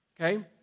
Okay